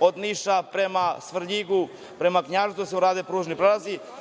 od Niša prema Svrljigu, prema Knjaževcu da se urade pružni prelazi. Pitanje